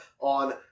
on